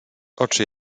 oczy